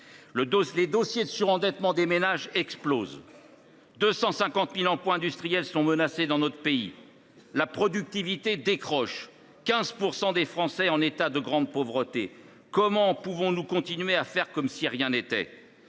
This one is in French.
Les dossiers de surendettement des ménages explosent. Quelque 250 000 emplois industriels sont menacés dans notre pays. La productivité décroche et 15 % des Français sont en situation de grande pauvreté. Comment pouvons nous continuer à faire comme si de rien n’était ?